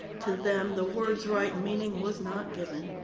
to them the word's right meaning was not given.